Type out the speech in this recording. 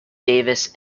davis